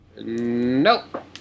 Nope